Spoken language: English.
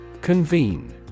Convene